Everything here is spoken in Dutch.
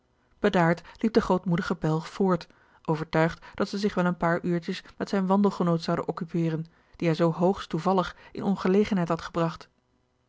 liep de grootmoedige belg voort overtuigd dat zij zich wel een paar uurtjes met zijn wandelgenoot zouden occuperen dien hij zoo hoogst toevallig in ongelegenheid had gebragt